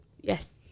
Yes